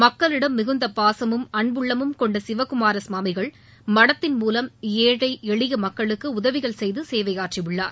மக்களிடம் மிகுந்த பாசமும் அன்புள்ளமும் கொண்ட சிவக்குமார சுவாமிகள் மடத்தின் மூலம் ஏழை எளிய மக்களுக்கு உதவிகள் செய்து சேவையாற்றியுள்ளார்